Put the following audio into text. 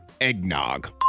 Eggnog